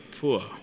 poor